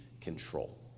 control